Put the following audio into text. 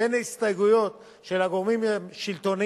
אין הסתייגויות של גורמים שלטוניים,